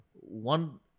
one